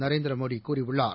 நரேந்திரமோடிகூறியுள்ளார்